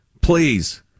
Please